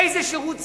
איזה שירות ציבורי?